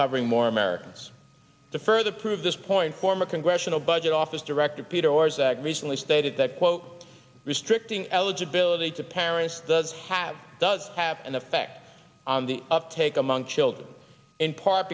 covering more americans to further prove this point former congressional budget office director peter orszag recently stated that quote restricting eligibility to parents does have does have an effect on the uptake among children in part